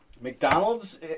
McDonald's